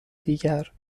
دیگر